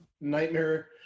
Nightmare